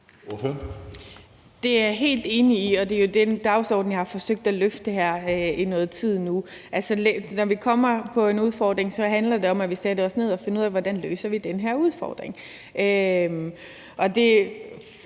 Det er jeg helt enig i, og det er jo den dagsorden, jeg i noget tid nu har forsøgt at løfte. Når vi får en udfordring, handler det om, at vi sætter os ned og finder ud af, hvordan vi løser den her udfordring, og for